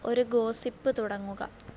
ഒരു ഗോസിപ്പ് തുടങ്ങുക